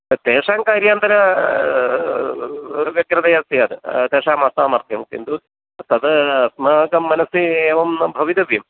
तेषां कार्यान्तरे व्यग्रतया स्यात् तेषाम् असामर्थ्यं किन्तु तद् अस्माकं मनसि एवं भवितव्यम्